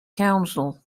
council